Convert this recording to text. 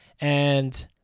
And-